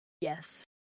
yes